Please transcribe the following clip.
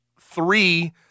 three